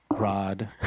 Rod